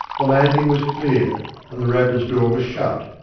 the landing was clear, and the ropers' door was shut.